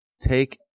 take